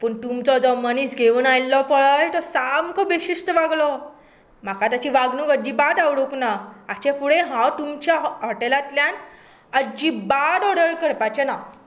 पूण तुमचो जो मनीस घेवन आयिल्लो पळय तो सामको बेशिस्त वागलो म्हाका ताची वागणूक अजीबात आवडूंक ना हाचे फुडें हांव तुमच्या हॉटेलांतल्यान अजिबात ऑर्डर करपाचें ना